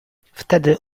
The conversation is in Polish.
wtedy